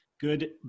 Good